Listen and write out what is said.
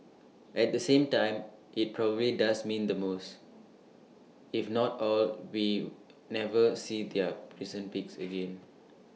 at the same time IT probably does mean the most if not all will never see their recent peaks again